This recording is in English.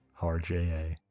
rja